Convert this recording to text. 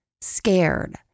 scared